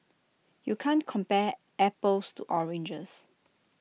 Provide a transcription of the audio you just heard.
you can't compare apples to oranges